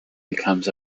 becomes